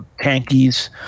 tankies